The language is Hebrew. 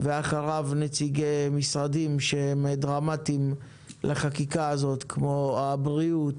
ואחריו נציגי משרדים שהם דרמטיים לחקיקה הזאת כמו הבריאות,